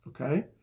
Okay